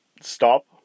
stop